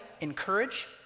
encourage